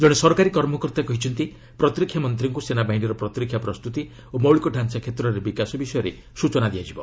ଜଣେ ସରକାରୀ କର୍ମକର୍ତ୍ତା କହିଛନ୍ତି ପ୍ରତିରକ୍ଷା ମନ୍ତ୍ରୀଙ୍କୁ ସେନାବାହିନୀର ପ୍ରତିରକ୍ଷା ପ୍ରସ୍ତୁତି ଓ ମୌଳିକ ତାଞ୍ଚା କ୍ଷେତ୍ରରେ ବିକାଶ ବିଷୟରେ ସୂଚନା ଦିଆଯିବ